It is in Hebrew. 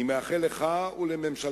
אני מאחל לך ולממשלתך,